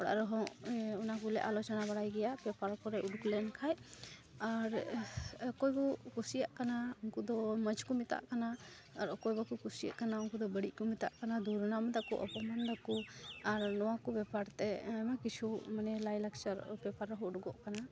ᱚᱲᱟᱜ ᱨᱮᱦᱚᱸ ᱚᱱᱟᱠᱚᱞᱮ ᱟᱞᱳᱪᱚᱱᱟᱼᱵᱟᱲᱟᱜ ᱜᱮᱭᱟ ᱯᱮᱯᱟᱨ ᱠᱚᱨᱮ ᱚᱰᱳᱠᱞᱮᱱ ᱠᱷᱟᱡ ᱟᱨ ᱚᱠᱚᱭᱠᱚ ᱠᱩᱥᱤᱭᱟᱜ ᱠᱟᱱᱟ ᱩᱱᱠᱚᱫᱚ ᱢᱚᱡᱽᱠᱚ ᱢᱮᱛᱟᱜ ᱠᱟᱱᱟ ᱟᱨ ᱚᱠᱚᱭ ᱵᱟᱠᱚ ᱠᱩᱥᱤᱭᱟᱜ ᱠᱟᱱᱟ ᱩᱱᱠᱚᱫᱚ ᱵᱟᱹᱲᱤᱡᱠᱚ ᱢᱮᱛᱟᱜ ᱠᱟᱱᱟ ᱫᱩᱨᱱᱟᱢᱫᱟᱠᱚ ᱚᱯᱚᱢᱟᱱᱫᱟᱠᱚ ᱟᱨ ᱱᱚᱣᱟᱠᱚ ᱵᱮᱯᱟᱨᱛᱮ ᱟᱭᱢᱟ ᱠᱤᱪᱷᱩ ᱢᱟᱱᱮ ᱞᱟᱭᱼᱞᱟᱠᱪᱟᱨ ᱯᱮᱯᱟᱨᱦᱚᱸ ᱚᱰᱳᱜᱚᱜ ᱠᱟᱱᱟ